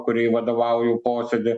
kuriai vadovauju posėdį